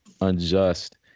unjust